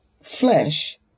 flesh